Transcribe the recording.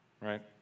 right